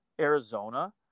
Arizona